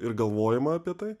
ir galvojimą apie tai